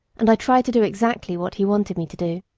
and i tried to do exactly what he wanted me to do.